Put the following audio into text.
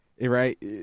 right